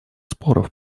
споров